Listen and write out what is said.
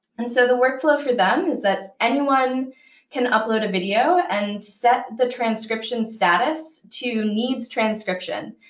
and so the workflow for them is that anyone can upload a video and set the transcription status to needs transcription.